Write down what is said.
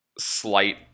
slight